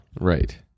Right